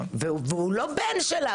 והוא לא בן שלה.